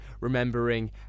remembering